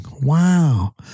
Wow